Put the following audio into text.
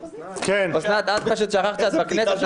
אוסנת, פשוט שכחת שאת בכנסת.